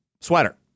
sweater